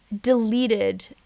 deleted